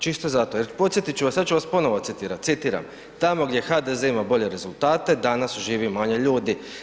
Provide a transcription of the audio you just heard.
Čisto zato jer podsjetit ću vas, sad ću vas ponovo citirati, citiram tamo gdje HDZ ima bolje rezultate, danas živi manje ljudi.